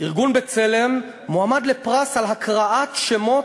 ארגון "בצלם" מועמד לפרס על הקראת שמות